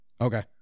Okay